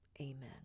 Amen